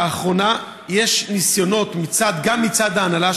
לאחרונה יש ניסיונות גם מצד ההנהלה,